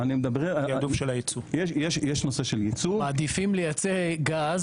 מעדיפים לייצא גז